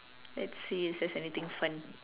let's see if there's anything fun